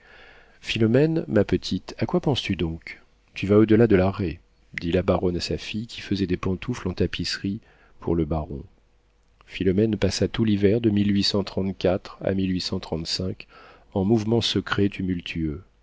philomène ma petite à quoi penses-tu donc tu vas au delà de la raie dit la baronne à sa fille qui faisait des pantoufles en tapisserie pour le baron philomène passa tout l'hiver de à en mouvements secrets tumultueux